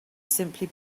simply